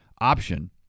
option